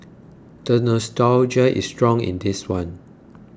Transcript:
the nostalgia is strong in this one